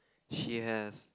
she has